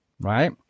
Right